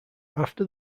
after